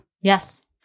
Yes